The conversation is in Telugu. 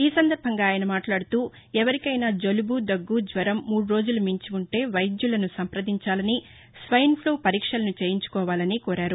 ఈ సందర్బంగా ముఖ్యమంతి మాట్లాడుతూఎవరికైనా జలుబు దగ్గు జ్వరం మూడురోజులు మించి ఉంటే వైద్యులను సంప్రదించాలని స్వైన్ ఫ్లా పరీక్షలను చేయించుకోవాలని కోరారు